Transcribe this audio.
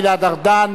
גלעד ארדן.